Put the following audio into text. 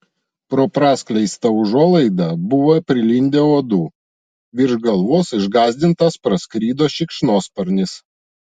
pro praskleistą užuolaidą buvo prilindę uodų virš galvos išgąsdintas praskrido šikšnosparnis